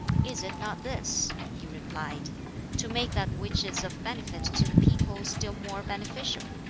is it not this, he replied to make that which is of benefit to the people still more beneficial?